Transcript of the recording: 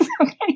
Okay